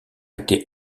été